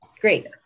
Great